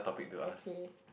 okay